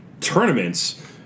tournaments